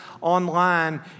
online